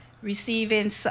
receiving